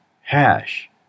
hash